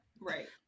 right